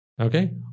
okay